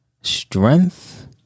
Strength